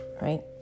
right